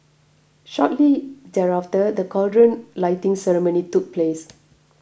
shortly thereafter the cauldron lighting ceremony took place